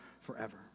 forever